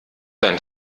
dein